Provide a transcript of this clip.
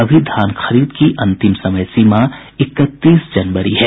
अभी धान खरीद की अंतिम समय सीमा इकतीस जनवरी है